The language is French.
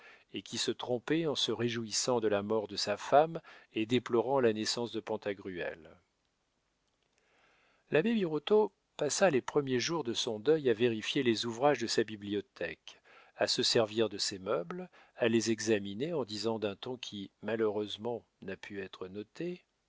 et qui se trompait en se réjouissant de la mort de sa femme et déplorant la naissance de pantagruel l'abbé birotteau passa les premiers jours de son deuil à vérifier les ouvrages de sa bibliothèque à se servir de ses meubles à les examiner en disant d'un ton qui malheureusement n'a pu être noté